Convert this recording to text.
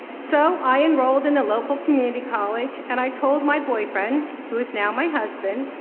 so i enrolled in a local community college and i told my boyfriend, who is now my husband,